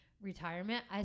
retirement